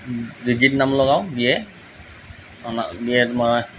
ডিগ্ৰীত নাম লগাওঁ বি এত অনা বি এত মই